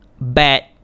bad